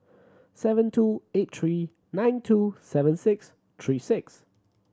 seven two eight three nine two seven six three six